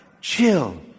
chill